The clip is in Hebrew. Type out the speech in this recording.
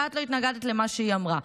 ואת לא התנגדת למה שהיא אמרה.